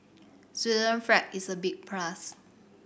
flag is a big plus